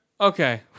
Okay